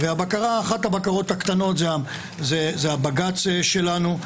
אחת הבקרות הקטנות זה בג"ץ שלנו.